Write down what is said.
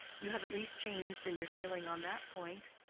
you have at least changed in your feeling on that point.